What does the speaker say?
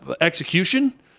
execution